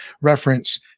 reference